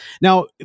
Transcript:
Now